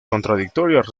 contradictorias